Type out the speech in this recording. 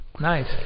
Nice